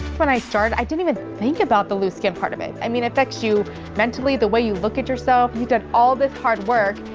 when i started, i didn't even think about the loose skin part of it. i mean, affects you mentally, the way you look at yourself. you've done all this hard work.